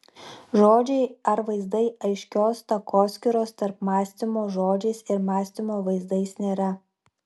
žodžiai ar vaizdai aiškios takoskyros tarp mąstymo žodžiais ir mąstymo vaizdais nėra